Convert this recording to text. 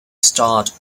starred